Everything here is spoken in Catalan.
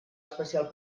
especial